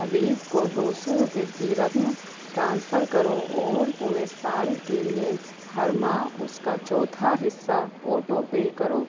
حبیب کو دو سو روپے کی رقم ٹرانسفر کرو اور پورے سال کے لیے ہر ماہ اس کا چوتھا حصہ آٹو پے کرو